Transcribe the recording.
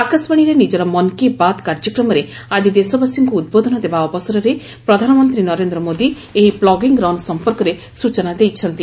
ଆକାଶବାଣୀରେ ନିଜର ମନ୍ କି ବାତ୍ କାର୍ଯ୍ୟକ୍ରମରେ ଆଜି ଦେଶବାସୀଙ୍କୁ ଉଦ୍ବୋଧନ ଦେବା ଅବସରରେ ପ୍ରଧାନମନ୍ତ୍ରୀ ନରେନ୍ଦ୍ର ମୋଦି ଏହି ପ୍ଲୁଗିଙ୍ଗ୍ ରନ୍ ସଂପର୍କରେ ସୂଚନା ଦେଇଛନ୍ତି